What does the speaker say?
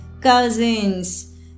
cousins